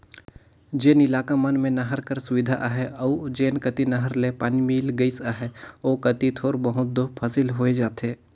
जेन इलाका मन में नहर कर सुबिधा अहे अउ जेन कती नहर ले पानी मिल गइस अहे ओ कती थोर बहुत दो फसिल होए जाथे